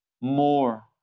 more